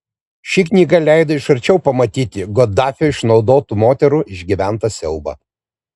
ši knyga leido iš arčiau pamatyti gaddafio išnaudotų moterų išgyventą siaubą